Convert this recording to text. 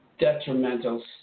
detrimental